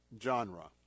genre